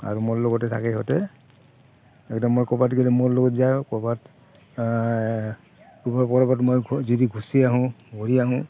আৰু মোৰ লগতে থাকে সিহঁতে সিহঁতে মই ক'ৰবাত গ'লে মোৰ লগত যায় ক'ৰবাত গুচি আহোঁ ঘূৰি আহোঁ